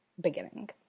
beginning